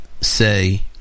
say